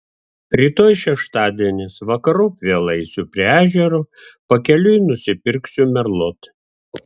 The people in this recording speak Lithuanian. rytoj šeštadienis vakarop vėl eisiu prie ežero pakeliui nusipirksiu merlot